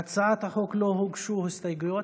להצעת החוק לא הוגשו הסתייגויות.